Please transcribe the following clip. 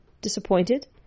disappointed